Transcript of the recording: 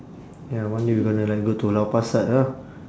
ya one day we gonna like go to lau pa sat ah